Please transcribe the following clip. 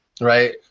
right